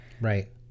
right